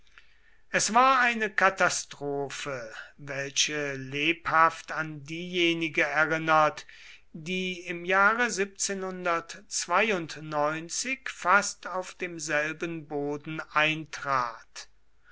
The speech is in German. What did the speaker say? es war eine katastrophe welche lebhaft an diejenige erinnert die im jahre fast auf demselben boden eintrat